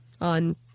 on